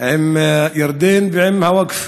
עם ירדן ועם הווקף.